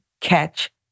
catch